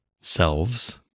selves